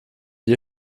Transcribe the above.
die